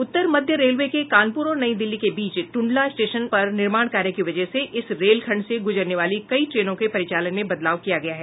उत्तर मध्य रेलवे के कानपुर और नई दिल्ली के बीच टुंडला स्टेशन पर निर्माण कार्य की वजह से इस रेल खंड से गुजरने वाली कई ट्रेनों के परिचालन में बदलाव किया गया है